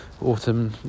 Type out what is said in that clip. Autumn